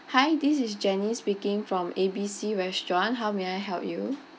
hi this is janice speaking from A B C restaurant how may I help you